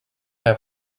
have